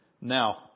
Now